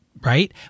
Right